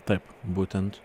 taip būtent